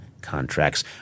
contracts